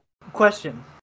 Question